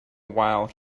while